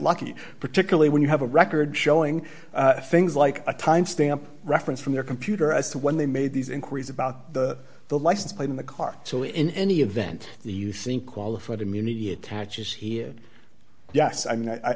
lucky particularly when you have a record showing things like a timestamp reference from their computer as to when they made these inquiries about the license plate in the car so in any event the you think qualified immunity attaches here yes i mean